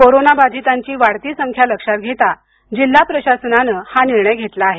corona बाधितांची वाढती संख्या लक्षात घेता जिल्हा प्रशासनाने हा निर्णय घेतला आहे